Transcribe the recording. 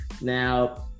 Now